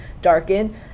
darken